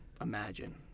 Imagine